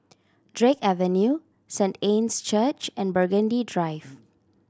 Drake Avenue Saint Anne's Church and Burgundy Drive